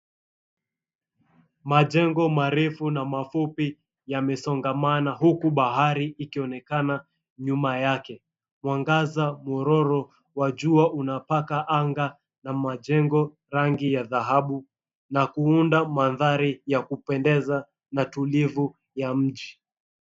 Majengo marefu na mafupi yamesongamana huku bahari ikionekana nyuma yake. Mwangaza mwororo wa jua unapaka anga na majengo rangi ya dhahabu na kuunda mandhari ya kupendeza na tulivu ya mji.